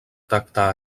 tacte